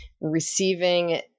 receiving